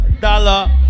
dollar